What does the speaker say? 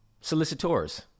solicitors